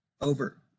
Over